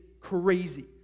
crazy